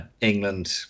england